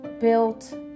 built